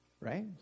Right